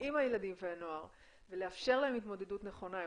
עם הילדים והנוער ולאפשר להם התמודדות נכונה יותר,